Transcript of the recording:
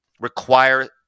require